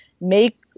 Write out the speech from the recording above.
make